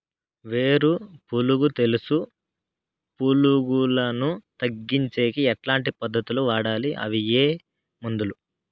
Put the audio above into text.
వేరు పులుగు తెలుసు పులుగులను తగ్గించేకి ఎట్లాంటి పద్ధతులు వాడాలి? అవి ఏ మందులు?